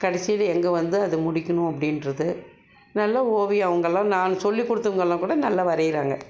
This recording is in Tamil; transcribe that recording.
கடைசில எங்கே வந்து அது முடிக்கணும் அப்படின்றது நல்ல ஓவியம் அவங்க எல்லாம் நான் சொல்லி கொடுத்தவங்க எல்லாம் கூட நல்லா வரைகிறாங்க